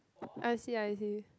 I see I see